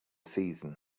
season